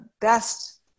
best